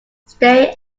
stay